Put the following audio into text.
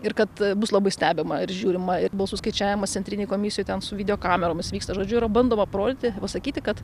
ir kad bus labai stebima ir žiūrima ir balsų skaičiavimas centrinėj komisijoj ten su video kameromis vyksta žodžiu yra bandoma parodyti pasakyti kad